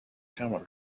camel